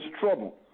trouble